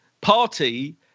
Party